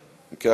אם כן,